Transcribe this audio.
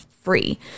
free